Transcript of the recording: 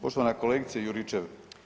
Poštovana kolegice Juričev.